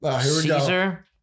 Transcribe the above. Caesar